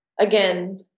Again